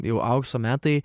jau aukso metai